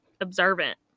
observant